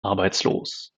arbeitslos